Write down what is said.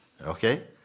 Okay